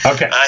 Okay